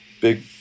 big